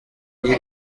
brig